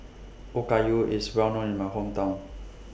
Okayu IS Well known in My Hometown